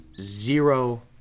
zero